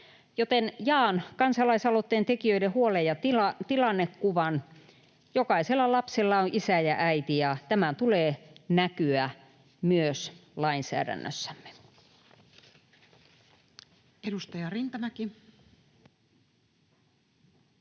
jaan kansalaisaloitteen tekijöiden huolen ja tilannekuvan: jokaisella lapsella on isä ja äiti, ja tämän tulee näkyä myös lainsäädännössämme.